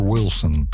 Wilson